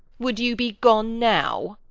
would you be gone now?